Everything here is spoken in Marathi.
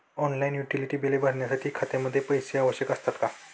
ऑनलाइन युटिलिटी बिले भरण्यासाठी खात्यामध्ये पैसे आवश्यक असतात का?